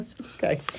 Okay